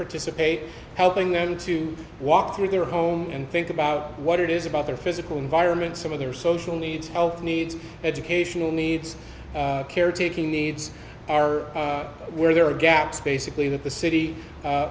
participate helping them to walk through their home and think about what it is about their physical environment some of their social needs health needs educational needs caretaking needs are where there are gaps basically that the city